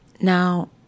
Now